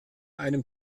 einem